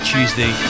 Tuesday